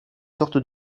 sortes